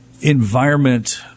environment